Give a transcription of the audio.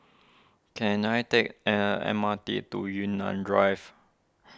can I take an M R T to Yunnan Drive